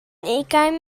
ugain